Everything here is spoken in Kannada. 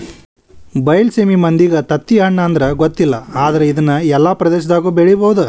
ಬೈಲಸೇಮಿ ಮಂದಿಗೆ ತತ್ತಿಹಣ್ಣು ಅಂದ್ರ ಗೊತ್ತಿಲ್ಲ ಆದ್ರ ಇದ್ನಾ ಎಲ್ಲಾ ಪ್ರದೇಶದಾಗು ಬೆಳಿಬಹುದ